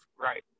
Right